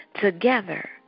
together